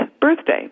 birthday